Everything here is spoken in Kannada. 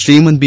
ಶ್ರೀಮಂತ್ ಬಿ